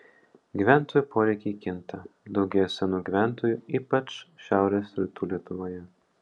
gyventojų poreikiai kinta daugėja senų gyventojų ypač šiaurės rytų lietuvoje